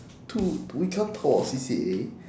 dude we can't talk about C_C_A